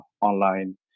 online